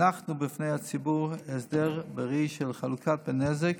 שהנחנו בפני הציבור הסדר בראי של חלוקת הנזק,